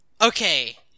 Okay